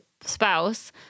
spouse